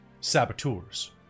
saboteurs